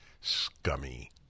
scummy